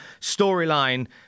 storyline